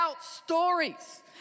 stories